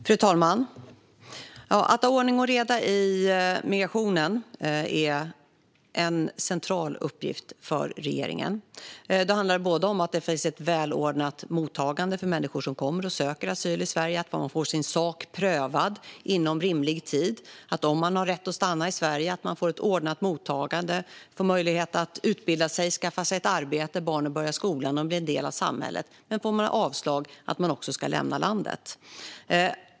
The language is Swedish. Fru talman! Att ha ordning och reda i migrationen är en central uppgift för regeringen. Det handlar om att det finns ett välordnat mottagande för människor som kommer och söker asyl i Sverige så att de får sin sak prövad inom rimlig tid. Det handlar om att de som har rätt att stanna i Sverige får ett ordnat mottagande, får möjlighet att utbilda sig och skaffa sig ett arbete och att barnen börjar skolan och blir en del av samhället. Men de som får avslag ska också lämna landet.